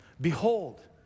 Behold